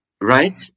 right